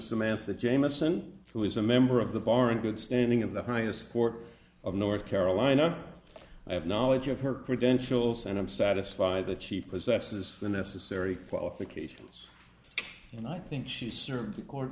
samantha jamieson who is a member of the bar in good standing of the highest court of north carolina i have knowledge of her credentials and i'm satisfied that chief possesses the necessary qualifications and i think she served